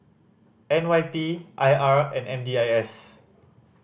N Y P I R and M D I S